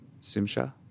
Simsha